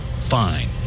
fine